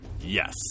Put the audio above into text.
Yes